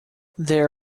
there